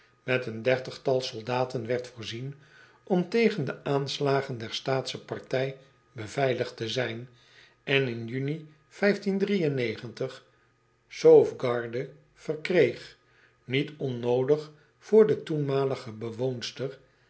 met een dertigtal soldaten werd voorzien om tegen de aanslagen der taatsehe partij beveiligd te zijn en in unij sauvegarde verkreeg niet onnoodig voor de toenmalige bewoonster